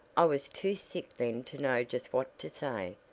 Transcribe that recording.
i was too sick then to know just what to say.